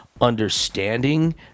understanding